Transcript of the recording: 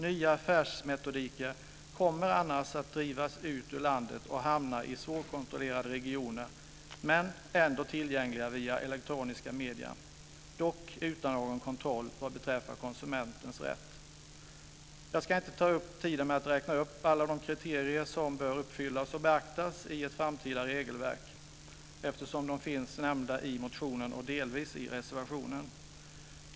Nya affärsmetodiker kommer annars att drivas ut ur landet och hamna i svårkontrollerade regioner som visserligen är tillgängliga via elektroniska medier men inte utsatta för någon kontroll vad beträffar konsumentens rätt. Jag ska inte ta tid i anspråk med att räkna upp alla de kriterier som bör uppfyllas och beaktas i ett framtida regelverk eftersom de är nämnda i motionen och delvis också i reservationen.